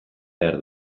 behar